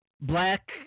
black